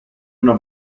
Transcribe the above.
una